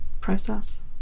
process